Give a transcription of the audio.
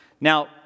Now